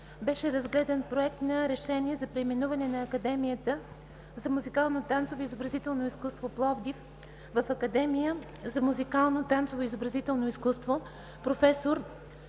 беше разгледан Проект на решение за преименуване на Академията за музикално, танцово и изобразително изкуство – Пловдив, в Академия за музикално, танцово и изобразително изкуство